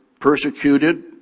persecuted